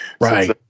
Right